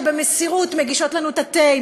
שבמסירות מגישות לנו את התה,